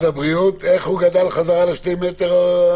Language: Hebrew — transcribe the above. איך הוא גדל חזרה לשני מטר?